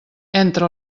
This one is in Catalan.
entre